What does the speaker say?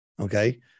Okay